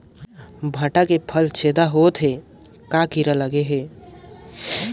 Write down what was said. भांटा के फल छेदा होत हे कौन कीरा लगे हे?